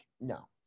no